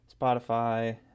Spotify